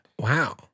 wow